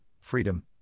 freedom